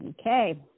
Okay